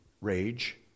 rage